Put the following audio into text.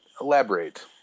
elaborate